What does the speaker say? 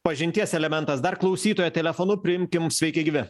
pažinties elementas dar klausytoją telefonu priimkim sveiki gyvi